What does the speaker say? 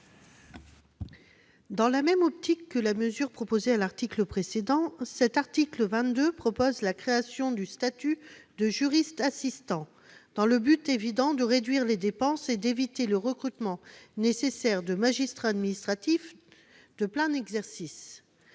Dans la même perspective que l'article précédent, l'article 22 prévoit la création du statut de juriste assistant. Le but est évident : réduire les dépenses et éviter le recrutement nécessaire de magistrats administratifs de plein exercice.